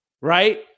right